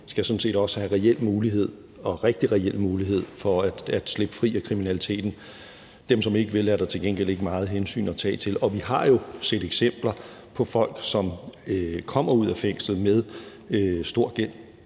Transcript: vil, sådan set også skal have reel mulighed, og rigtig reel mulighed, for at slippe fri af kriminaliteten. Dem, som ikke vil, er der til gengæld ikke meget hensyn at tage til. Og vi har jo set eksempler på folk, som kommer ud af fængslet med stor gæld,